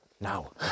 Now